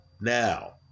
now